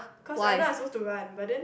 because I know I supposed to run but then